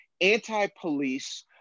anti-police